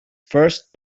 first